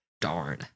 Darn